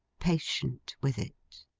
patient with it.